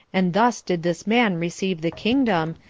and thus did this man receive the kingdom,